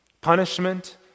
Punishment